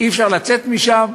אי-אפשר לצאת משם,